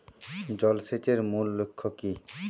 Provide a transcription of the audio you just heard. জল সেচের মূল লক্ষ্য কী?